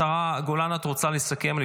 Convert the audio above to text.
השרה גולן, את רוצה לסכם?